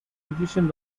petition